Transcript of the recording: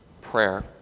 prayer